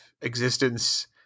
existence